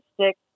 stick